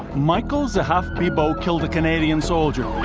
michael zehaf-bibeau killed a canadian soldier,